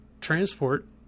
transport